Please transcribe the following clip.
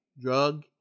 Drug